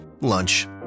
lunch